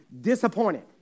Disappointed